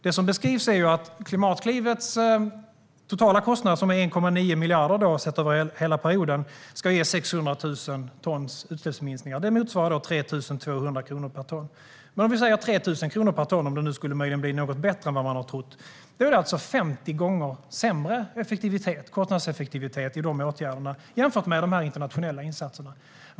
Det som beskrivs är att Klimatklivets totala kostnader, som är 1,9 miljarder sett över hela perioden, ska ge en utsläppsminskning på 600 000 ton. Det motsvarar 3 200 kronor per ton. Låt oss säga 3 000 kronor per ton, om det möjligen skulle bli något bättre än man har trott. Det innebär 50 gånger sämre kostnadseffektivitet för de åtgärderna jämfört med de internationella insatserna.